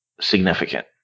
significant